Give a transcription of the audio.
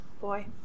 Boy